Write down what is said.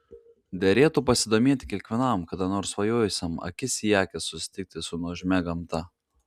derėtų pasidomėti kiekvienam kada nors svajojusiam akis į akį susitikti su nuožmia gamta